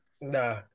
Nah